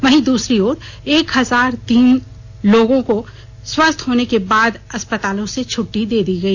वहीं दूसरी ओर एक हजार तीन लोगों को स्वस्थ होने के बाद अस्पतालों से छट्टी दे दी गई